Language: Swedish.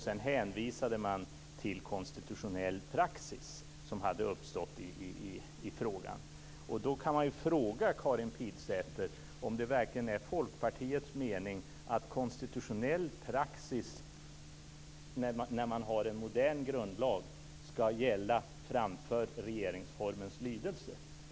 Sedan hänvisade man till konstitutionell praxis som hade uppstått i frågan. Då kan man fråga Karin Pilsäter om det verkligen är Folkpartiets mening att konstitutionell praxis, när man har en modern grundlag, skall gälla framför regeringsformens lydelse.